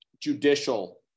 judicial